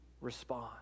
respond